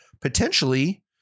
potentially